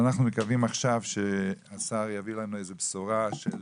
אנחנו מקווים עכשיו השר יביא לנו איזה בשורה של